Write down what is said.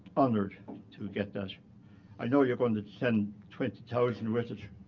honored to get that i know you're going to send twenty thousand with it,